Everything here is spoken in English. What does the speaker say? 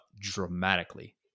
dramatically